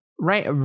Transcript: Right